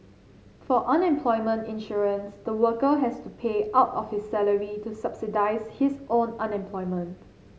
for unemployment insurance the worker has to pay out of his salary to subsidise his own unemployment